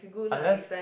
unless